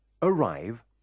Arrive